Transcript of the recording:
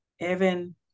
Evan